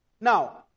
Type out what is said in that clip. Now